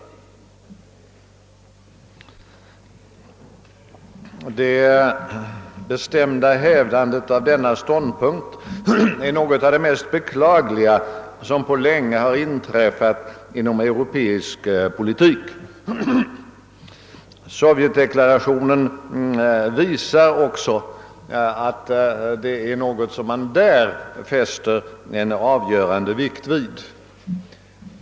Det bestämda hävdandet av denna ståndpunkt är något av det mest beklagliga som på länge har inträffat inom europeisk politik. Sovjetdeklarationen visar också att det är en sak som man där fäster en avgörande vikt vid.